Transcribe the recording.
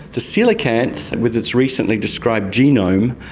the coelacanth with its recently described genome,